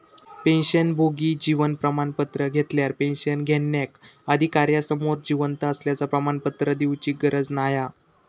पेंशनभोगी जीवन प्रमाण पत्र घेतल्यार पेंशन घेणार्याक अधिकार्यासमोर जिवंत असल्याचा प्रमाणपत्र देउची गरज नाय हा